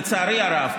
לצערי הרב,